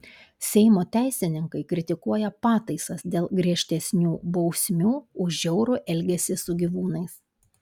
seimo teisininkai kritikuoja pataisas dėl griežtesnių bausmių už žiaurų elgesį su gyvūnais